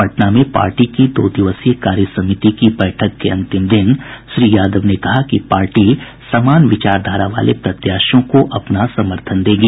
पटना में पार्टी की दो दिवसीय कार्यसमिति की बैठक के अंतिम दिन श्री यादव ने कहा कि पार्टी समान विचारधारा वाले प्रत्याशियों को अपना समर्थन देगी